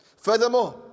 Furthermore